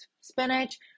spinach